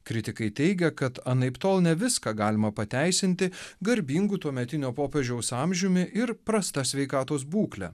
kritikai teigia kad anaiptol ne viską galima pateisinti garbingu tuometinio popiežiaus amžiumi ir prasta sveikatos būkle